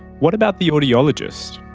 what about the audiologist?